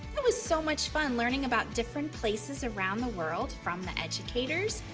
that was so much fun. learning about different places around the world, from the educators.